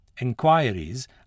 Enquiries